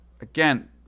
again